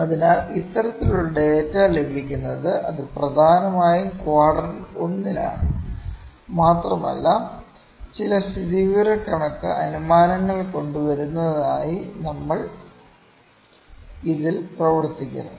അതിനാൽ ഇത്തരത്തിലുള്ള ഡാറ്റ ലഭിക്കുന്നത് അത് പ്രധാനമായും ക്വാഡ്രൻറ് ഒന്നിലാണ് മാത്രമല്ല ചില സ്ഥിതിവിവരക്കണക്ക് അനുമാനങ്ങൾ കൊണ്ടു വരുന്നതിനായി നമ്മൾ ഇതിൽ പ്രവർത്തിക്കുന്നു